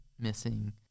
missing